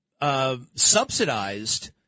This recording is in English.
Subsidized